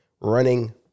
running